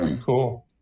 cool